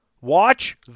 Watch